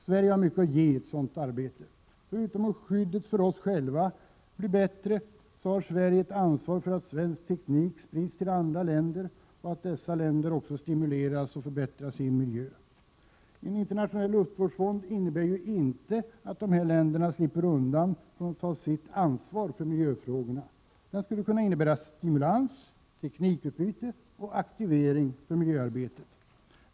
Sverige har mycket att ge i ett sådant arbete. Förutom ansvaret för att skyddet för oss själva blir bättre har Sverige också ett ansvar för att svensk teknik sprids till andra länder och att dessa länder stimuleras när det gäller att förbättra sin miljö. En internationell luftvårdsfond innebär ju inte att de andra länderna slipper undan sitt ansvar för miljöfrågorna. I stället skulle den kunna innebära en stimulans, ett teknikutbyte och en aktivering beträffande miljöarbetet.